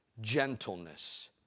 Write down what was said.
gentleness